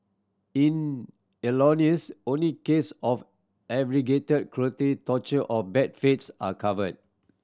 in only case of aggravated cruelty torture or bad faith are covered